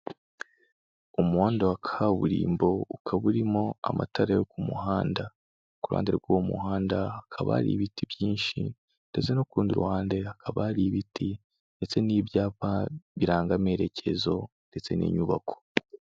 Umuhanda wa kaburimbo ukaba urimo amatara yo ku muhanda. Ku ruhande rw'uwo muhanda hakaba hari ibiti byinshi ndetse no kundi ruhande hakaba hari ibiti ndetse n'ibyapa biranga amerekezo ndetse n'inyubako.